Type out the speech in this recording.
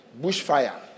bushfire